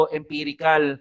empirical